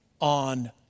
on